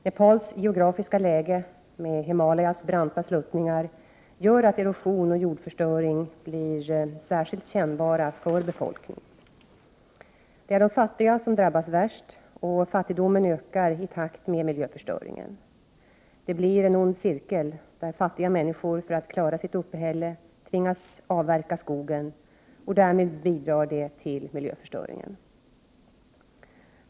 Nepals geografiska läge med Himalayas branta sluttningar gör att erosion och jordförstöring blir särskilt kännbara för befolkningen. Det är de fattiga som drabbas värst, och fattigdomen ökar i takt med miljöförstöringen. Den blir en ond cirkel, där fattiga människor för att klara sitt uppehälle tvingas avverka skogen, och därmed bidrar de till miljöförstöringen.